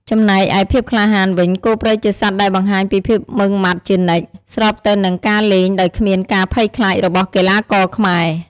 ចំណែកឯភាពក្លាហានវិញ គោព្រៃជាសត្វដែលបង្ហាញពីភាពម៉ឺងម៉ាត់ជានិច្ច ស្របទៅនឹងការលេងដោយគ្មានការភ័យខ្លាចរបស់កីឡាករខ្មែរ។